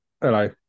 hello